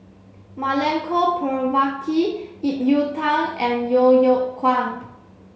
Milenko Prvacki Ip Yiu Tung and Yeo Yeow Kwang